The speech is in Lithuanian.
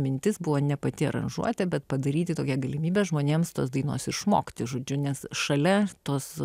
mintis buvo ne pati aranžuotė bet padaryti tokią galimybę žmonėms tos dainos išmokti žodžiu nes šalia tos